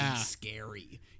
scary